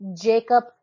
Jacob